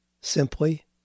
simply